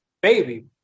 Baby